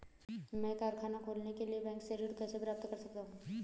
मैं कारखाना खोलने के लिए बैंक से ऋण कैसे प्राप्त कर सकता हूँ?